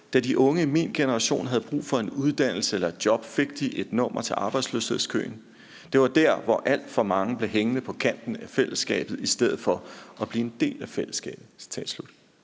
»Da de unge i min generation havde brug for en uddannelse eller job, fik de et nummer til arbejdsløshedskøen. Det var der, hvor alt for mange blev hængende på kanten af fællesskabet i stedet for at blive en del af fællesskabet.«